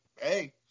hey